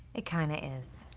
it kinda is.